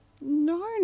No